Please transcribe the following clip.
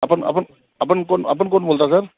आपण आपण आपण कोण आपण कोण बोलता सर